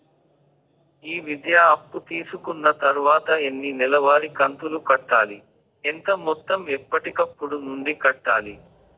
ఈ విద్యా అప్పు తీసుకున్న తర్వాత ఎన్ని నెలవారి కంతులు కట్టాలి? ఎంత మొత్తం ఎప్పటికప్పుడు నుండి కట్టాలి?